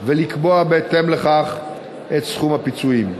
ולקבוע בהתאם לכך את סכום הפיצויים.